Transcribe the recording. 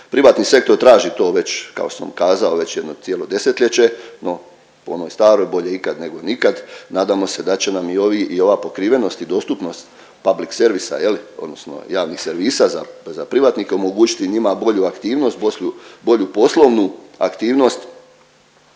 privatni sektor traži to već kao što sam kazao već jedno cijelo desetljeće, no po onoj staroj bolje ikad nego nikad nadamo se da će nam i ovi i ova pokrivenost i dostupnost public service je li odnosno javnih servisa za privatnike omogućiti njima bolju aktivnost, bolju poslovnu aktivnost.